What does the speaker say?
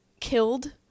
killed